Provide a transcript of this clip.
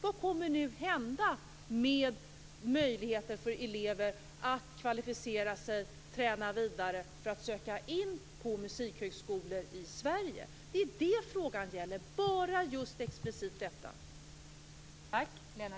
Vad kommer nu att hända med möjligheten för elever att träna vidare och kvalificera sig för att söka in på musikhögskolor i Sverige? Det är det frågan gäller - bara detta.